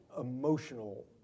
emotional